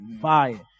fire